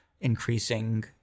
increasing